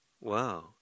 Wow